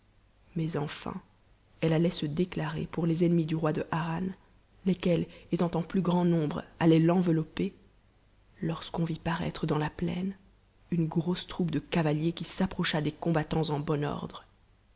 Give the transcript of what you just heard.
mais enfin elle allait se déclarer pour les ennemis du roi de harran lesquels étant en plus grand nombre allaient l'envelopper lorsqu'on vit paraître dans la plaine une grosse troupe de cavaliers qui s'approcha des combattants en bon ordre